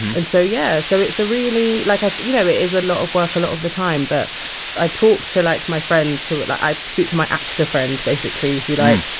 and so yeah so it's a really like, i've you know, it is a lot of work a lot of the time. but i talk to, like, my friends, who are like i speak to my actor friends, basically, who, like,